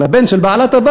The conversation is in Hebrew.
לבן של בעלת-הבית,